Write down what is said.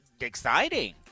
exciting